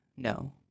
No